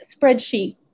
Spreadsheet